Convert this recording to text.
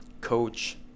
coach